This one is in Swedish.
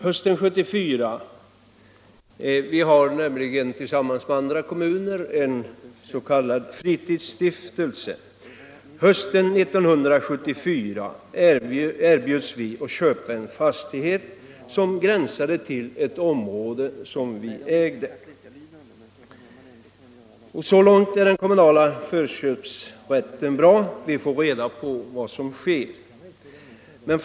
I min hemkommun har vi tillsammans med andra kommuner en s.k. fritidsstiftelse. Hösten 1974 erbjöds vi att köpa en fastighet som gränsar till ett område som vår kommun äger. Så långt är den kommunala förköpsrätten bra. Vi får reda på vad som sker i fråga om markförsäljningar.